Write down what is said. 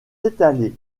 étalé